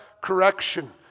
correction